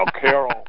Carol